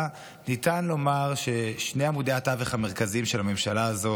ניתן לומר ששני עמודי התווך המרכזיים של הממשלה הזו